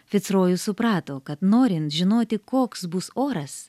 fitsrojus suprato kad norint žinoti koks bus oras